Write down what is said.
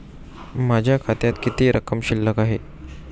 माझ्या खात्यात किती रक्कम शिल्लक आहे?